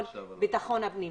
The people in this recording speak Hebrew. לביטחון הפנים.